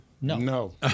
No